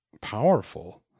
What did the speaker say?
powerful